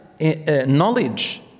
knowledge